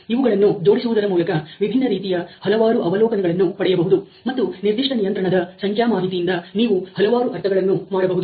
ಇವುಗಳನ್ನು ಜೋಡಿಸುವುದರ ಮೂಲಕ ವಿಭಿನ್ನ ರೀತಿಯ ಹಲವಾರು ಅವಲೋಕನಗಳನ್ನು ಪಡೆಯಬಹುದು ಮತ್ತು ನಿರ್ದಿಷ್ಟ ನಿಯಂತ್ರಣದ ಸಂಖ್ಯಾ ಮಾಹಿತಿಯಿಂದ ನೀವು ಹಲವಾರು ಅರ್ಥಗಳನ್ನು ಮಾಡಬಹುದು